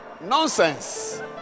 Nonsense